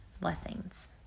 Blessings